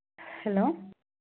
hello